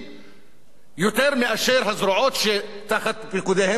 יותר מאשר הזרועות שתחת פיקודם, תחת סמכותם?